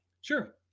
Sure